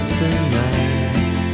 tonight